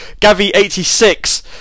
Gavi86